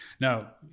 Now